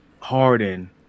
Harden